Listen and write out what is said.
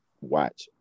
watch